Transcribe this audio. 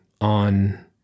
on